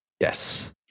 Yes